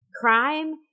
Crime